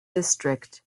district